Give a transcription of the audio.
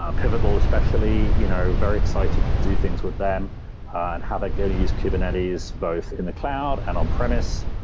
um pivotal especially. you know very excited to do things with them and how they go to use kubernetes both in the cloud and on premise.